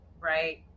right